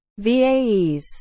VAEs